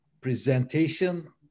presentation